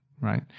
right